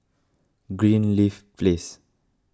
Greenleaf Place